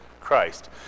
Christ